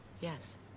Yes